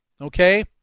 Okay